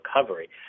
recovery